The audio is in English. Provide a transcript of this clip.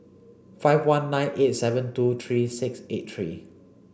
five one nine eight seven two three six eight three